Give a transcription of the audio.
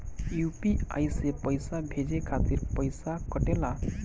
UPI से पइसा भेजने के खातिर पईसा कटेला?